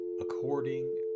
according